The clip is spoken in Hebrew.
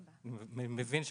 אני מבין שמבחינתך,